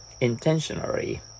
intentionally